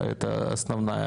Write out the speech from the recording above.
כן?